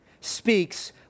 speaks